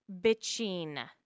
bitching